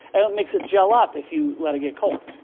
and it makes it gel up if you let it get cold.